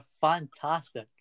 Fantastic